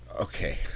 Okay